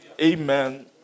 Amen